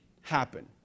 happen